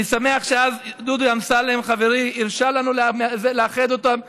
אני שמח שדודי אמסלם חברי הרשה לנו לאחד אותם,